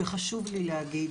חשוב לי להגיד